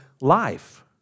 life